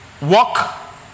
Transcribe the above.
walk